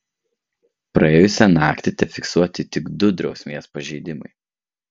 praėjusią naktį tefiksuoti tik du drausmės pažeidimai